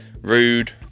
rude